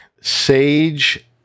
Sage